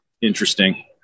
interesting